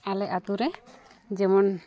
ᱟᱞᱮ ᱟᱹᱛᱩᱨᱮ ᱡᱮᱢᱚᱱ